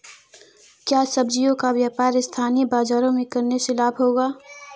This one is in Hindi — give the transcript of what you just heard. क्या सब्ज़ियों का व्यापार स्थानीय बाज़ारों में करने से लाभ होगा?